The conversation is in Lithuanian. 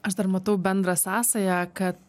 aš dar matau bendrą sąsają kad